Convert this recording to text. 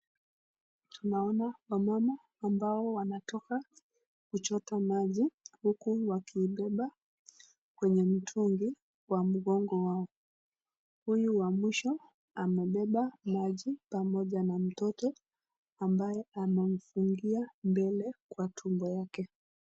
Tunaona wamama ambao wanatoka kuchota maji huku wakiibeba kwenye mtungi wa mgongo wao. Huyu wa mwisho amebeba maji pamoja na mtoto ambaye anamfungia mbele kwa tumbo yake.